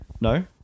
No